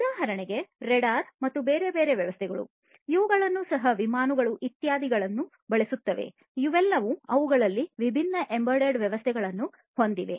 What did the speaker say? ಉದಾಹರಣೆಗೆ ರೇಡಾರ್ ಮತ್ತು ಬೇರೆ ಬೇರೆ ವ್ಯವಸ್ಥೆಗಳು ಇವುಗಳನ್ನು ಸಹ ವಿಮಾನಗಳು ಇತ್ಯಾದಿಗಳನ್ನು ಬಳಸಲಾಗುತ್ತದೆ ಅವೆಲ್ಲವೂ ಅವುಗಳಲ್ಲಿ ವಿಭಿನ್ನ ಎಂಬೆಡೆಡ್ ವ್ಯವಸ್ಥೆಗಳನ್ನು ಹೊಂದಿವೆ